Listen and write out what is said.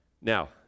Now